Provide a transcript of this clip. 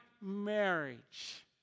marriage